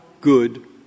good